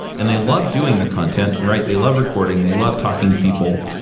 and they love doing the content, right? they love recording. they love talking to people,